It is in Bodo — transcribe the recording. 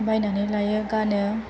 बायनानै लायो गानो